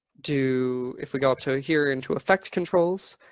do, if we go up to ah here into effect controls,